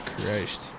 Christ